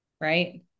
right